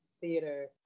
theater